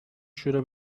شوره